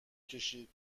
کشید